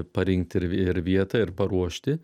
parinkti ir vietą ir paruošti